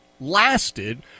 lasted